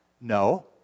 No